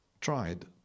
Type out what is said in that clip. Tried